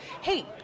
hey